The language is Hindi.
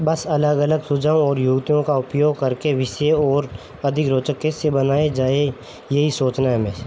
बस अलग अलग सुझाव और युक्तियों का उपयोग करके विषय को और अधिक रोचक कैसे बनाया जाए यही सोचना हमें है